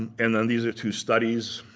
and and then these are two studies